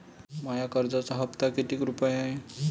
माया कर्जाचा हप्ता कितीक रुपये हाय?